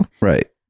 Right